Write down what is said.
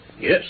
Yes